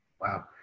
Wow